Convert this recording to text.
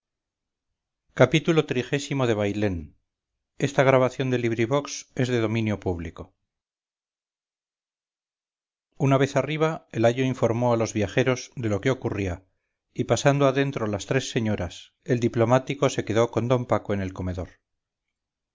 xxvi xxvii xxviii xxix xxx xxxi xxxii bailén de benito pérez galdós una vez arriba el ayo informó a los viajeros de lo que ocurría y pasando adentro las tres señoras el diplomático se quedó con d paco en el comedor